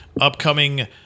upcoming